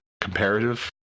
comparative